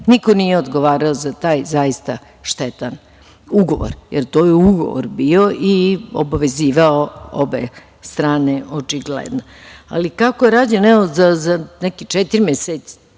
Niko nije odgovarao za taj, zaista štetan ugovor, jer to je ugovor bio i obavezivao obe strane, očigledno. Kako je rađen? Evo, za četiri meseca,